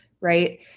right